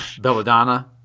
Belladonna